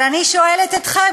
אבל אני שואלת אתכם,